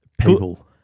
people